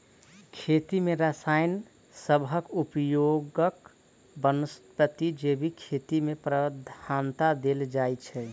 खेती मे रसायन सबहक उपयोगक बनस्पैत जैविक खेती केँ प्रधानता देल जाइ छै